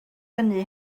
hynny